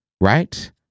right